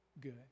good